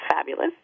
fabulous